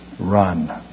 Run